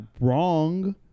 wrong